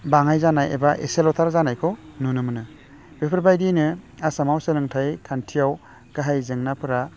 बाङाय जानाय एबा एसेल'थार जानायखौ नुनो मोनो बेफोर बायदिनो आसामाव सोलोंथाइ खान्थियाव गाहाय जेंनाफ्रा